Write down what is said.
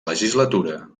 legislatura